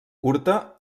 curta